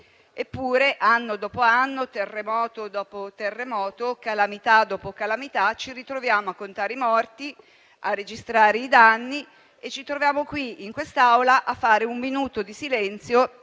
Eppure, anno dopo anno, terremoto dopo terremoto, calamità dopo calamità, ci ritroviamo a contare i morti e a registrare i danni e a osservare un minuto di silenzio